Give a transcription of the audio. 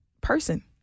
person